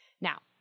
Now